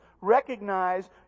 recognize